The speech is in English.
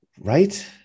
right